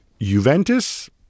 Juventus